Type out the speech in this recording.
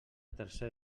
tercer